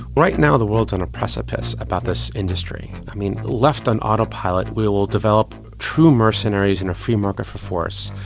right now the world's on a precipice about this industry. i mean, left on autopilot we will develop true mercenaries and a free market for force,